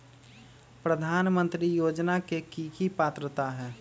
प्रधानमंत्री योजना के की की पात्रता है?